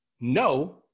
no